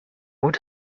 would